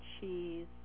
cheese